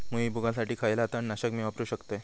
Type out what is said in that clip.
भुईमुगासाठी खयला तण नाशक मी वापरू शकतय?